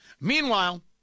Meanwhile